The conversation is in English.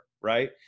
right